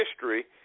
history